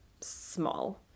small